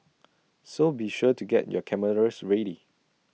so be sure to get your cameras ready